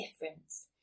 difference